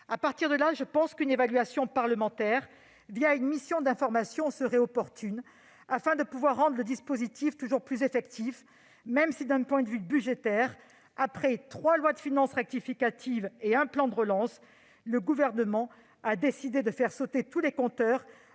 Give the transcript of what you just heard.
Dès lors, je pense qu'une évaluation parlementaire une mission d'information serait opportune, afin de pouvoir rendre le dispositif toujours plus efficient, même si, d'un point de vue budgétaire, après trois lois de finances rectificatives et un plan de relance, le Gouvernement a décidé de faire sauter tous les compteurs,